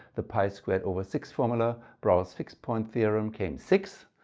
the pi squared over six formula, brower's fixed-point theorem came sixth,